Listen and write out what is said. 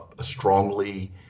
strongly